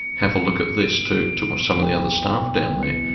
have a look at this to to some of the other staff down